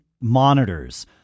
monitors